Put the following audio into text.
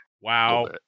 Wow